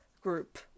group